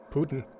Putin